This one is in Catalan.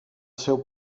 seu